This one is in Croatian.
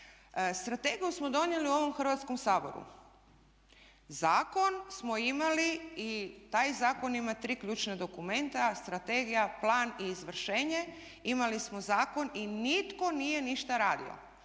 Strategiju smo donijeli u ovom Hrvatskom saboru. Zakon smo imali i taj zakon ima tri ključna dokumenta, strategiju, plan i izvršenje. Imali smo zakon i nitko nije ništa radio.